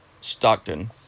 Stockton